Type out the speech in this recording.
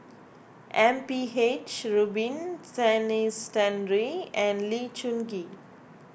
M P H Rubin Denis Santry and Lee Choon Kee